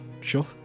sure